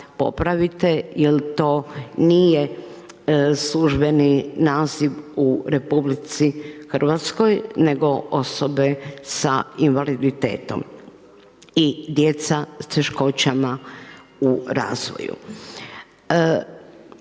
popravite jer to nije službeni naziv u RH nego osobe sa invaliditetom i djeca sa teškoćama u razvoju.